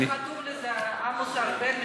מי שחתום הוא עמוס ארבל.